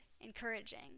Encouraging